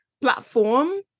platform